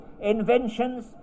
inventions